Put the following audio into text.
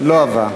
לא עברה.